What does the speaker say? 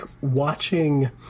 watching